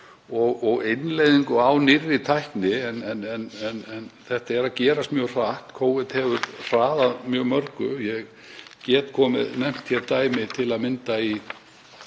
og innleiðingu á nýrri tækni en þetta er að gerast mjög hratt. Covid tefur hraðað mjög mörgu. Ég get nefnt dæmi til að mynda í